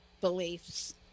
beliefs